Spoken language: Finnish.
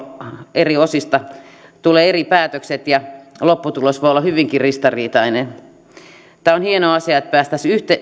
eri osista tulee eri päätökset ja lopputulos voi olla hyvinkin ristiriitainen olisi hieno asia että päästäisiin yhteen